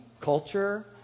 culture